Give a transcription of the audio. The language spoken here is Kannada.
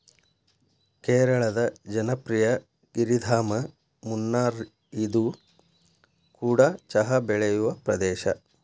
ಕೇರಳದ ಜನಪ್ರಿಯ ಗಿರಿಧಾಮ ಮುನ್ನಾರ್ಇದು ಕೂಡ ಚಹಾ ಬೆಳೆಯುವ ಪ್ರದೇಶ